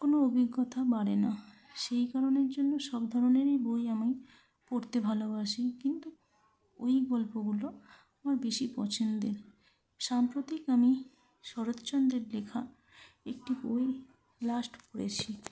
কোনও অভিজ্ঞতা বাড়ে না সেই কারণের জন্য সব ধরনেরই বই আমি পড়তে ভালোবাসি কিন্তু ওই গল্পগুলো আমার বেশি পছন্দের সাম্প্রতিক আমি শরৎচন্দ্রের লেখা একটি বই লাস্ট পড়েছি